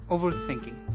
Overthinking